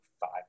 five